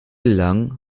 lang